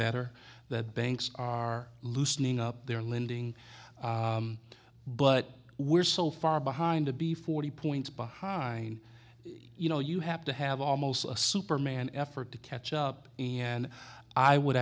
better that banks are loosening up their lending but we're so far behind to be forty points behind you know you have to have almost a superman effort to catch up and i would